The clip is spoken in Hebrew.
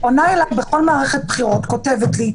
היא פונה אלי בכל מערכת בחירות וכותבת לי,